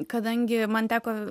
kadangi man teko